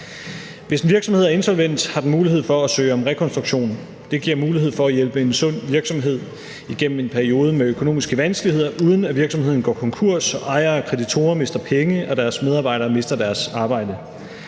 Hvis en virksomhed er insolvent, har den mulighed for at søge om rekonstruktion. Det giver mulighed for at hjælpe en sund virksomhed igennem en periode med økonomiske vanskeligheder, uden at virksomheden går konkurs og ejere og kreditorer mister penge og deres medarbejdere mister deres arbejde.